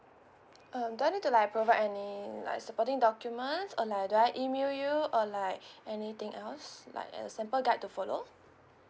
um do I need to like provide any like supporting documents or like do I email you or like anything else like a sample guide to follow